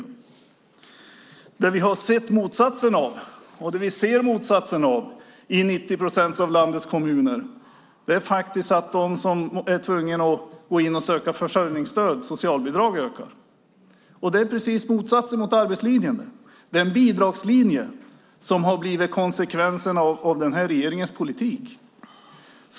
Nu ser vi det motsatta hända i 90 procent av landets kommuner, nämligen att antalet människor som är tvungna att söka försörjningsstöd, socialbidrag, ökar. Det är precis motsatsen mot arbetslinjen. En bidragslinje har blivit konsekvensen av den här regeringens politik.